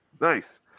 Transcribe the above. Nice